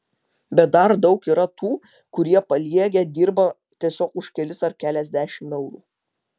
bet dar daug yra tų kurie paliegę dirba tiesiog už kelis ar keliasdešimt eurų